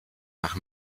nach